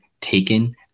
taken